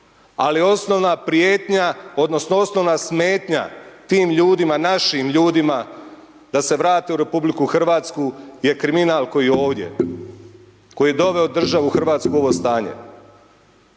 ali osnovna prijetnja, odnosno, osnovna smetnja, tim ljudima, našim ljudima, da se vrte u RH, je kriminal koji je ovdje, koji je doveo državu Hrvatsku u ovo stanje.